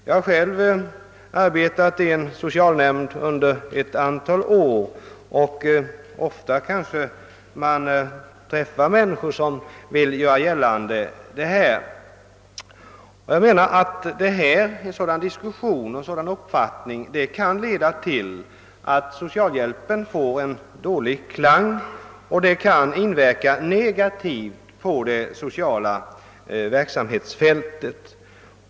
Jag har själv arbetat i en socialnämnd under ett antal år, och ofta har jag träffat människor som velat göra denna uppfattning gällande. En sådan diskussion och en sådan uppfattning kan leda till att ordet socialhjälp får en dålig klang, och det kan inverka negativt på den sociala verksamheten.